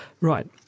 Right